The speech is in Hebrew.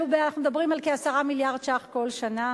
אנחנו מדברים על כ-10 מיליארד שקלים חדשים כל שנה.